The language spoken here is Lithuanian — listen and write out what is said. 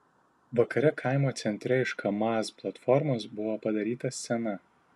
vakare kaimo centre iš kamaz platformos buvo padaryta scena